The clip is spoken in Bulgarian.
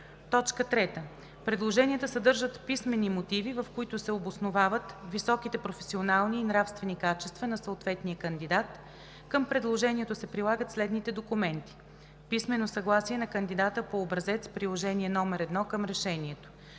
него. 3. Предложенията съдържат писмени мотиви, в които се обосновават високите професионални и нравствени качества на съответния кандидат. Към предложението се прилагат следните документи: - писмено съгласие на кандидата по образец – Приложение № 1 към решението;